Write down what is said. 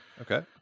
Okay